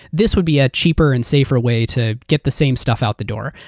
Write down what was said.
this would be a cheaper and safer way to get the same stuff out the door.